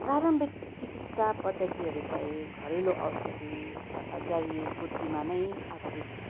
प्रारम्भिक चिकित्सा पद्धतिहरू चाहिँ घरेलु औषाधी तथा जरीबुटीमा नै आधारित छ